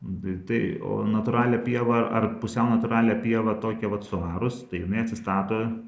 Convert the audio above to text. nu tai tai o natūralią pievą ar ar pusiau natūralią pievą tokią vat suarus tai jinai atsistato